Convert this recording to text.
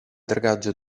dragaggio